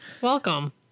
Welcome